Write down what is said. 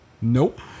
Nope